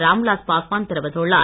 ராம்விலாஸ் பாஸ்வான் தெரிவித்துள்ளார்